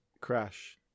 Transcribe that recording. Crash